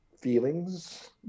feelings